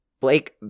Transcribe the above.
Blake